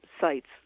sites